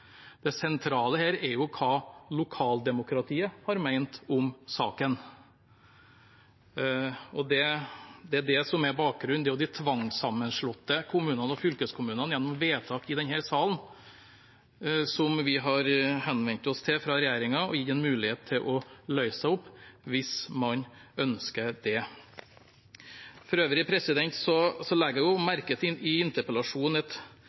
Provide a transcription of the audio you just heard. Det sentrale her er jo hva lokaldemokratiet har ment om saken. Det er det som er bakgrunnen. Det er de tvangssammenslåtte kommunene og fylkeskommunene, gjennom vedtak i denne salen, som regjeringen har henvendt seg til og gitt en mulighet til å løse seg opp, hvis man ønsker det. For øvrig legger jeg i interpellasjonen merke til et aldri så